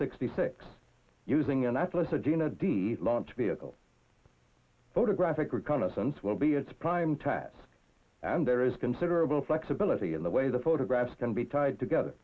sixty six using an atlas of gina de launch vehicle photographic reconnaissance will be its prime tatts and there is considerable flexibility in the way the photographs can be tied together